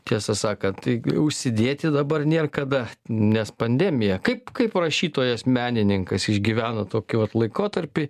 tiesą sakant tai užsidėti dabar nėr kada nes pandemija kaip kaip rašytojas menininkas išgyvena tokį vat laikotarpį